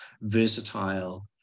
versatile